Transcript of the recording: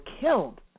killed